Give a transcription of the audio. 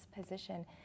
position